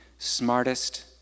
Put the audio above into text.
smartest